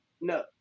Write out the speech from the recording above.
No